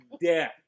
death